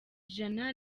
ijana